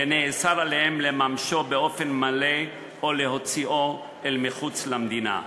ונאסר עליהם לממשו באופן מלא או להוציאו אל מחוץ למדינה.